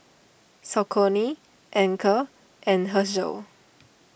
Saucony Anchor and Herschel